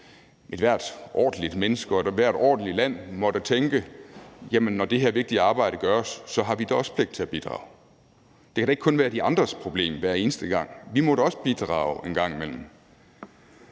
ethvert ordentligt menneske og ethvert ordentligt land måtte tænke: Jamen når det her vigtige arbejde gøres, har vi da også pligt til at bidrage. Det kan da ikke kun være de andres problem hver eneste gang. Vi må da også bidrage en gang imellem.